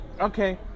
Okay